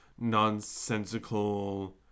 nonsensical